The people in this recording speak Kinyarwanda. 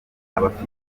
abafite